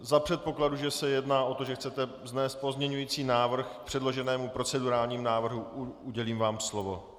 Za předpokladu, že se jedná o to, že chcete vznést pozměňovací návrh k předloženému procedurálnímu návrhu, udělím vám slovo.